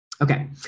Okay